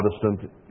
Protestant